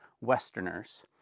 Westerners